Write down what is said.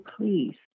please